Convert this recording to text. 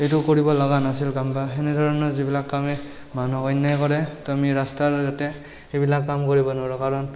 যিটো কৰিব লগা নাছিল কাম বা সেনেধৰণৰ যিবিলাক কামে মানুহক অন্যায় কৰে তো আমি ৰাস্তাৰ সেইবিলাক কাম কৰিব নোৱাৰোঁ কাৰণ